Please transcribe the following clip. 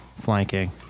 flanking